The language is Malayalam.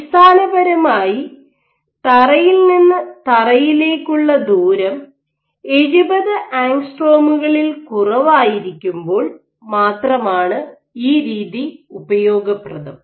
അടിസ്ഥാനപരമായി തറയിൽ നിന്ന് തറയിലേക്കുള്ള ദൂരം 70 ആംഗ്സ്ട്രോമുകളിൽ കുറവായിരിക്കുമ്പോൾ മാത്രമാണ് ഈ രീതി ഉപയോഗപ്രദം